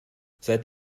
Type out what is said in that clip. seid